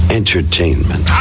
entertainment